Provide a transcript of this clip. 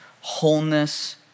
wholeness